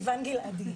סיון גלעדי.